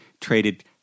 traded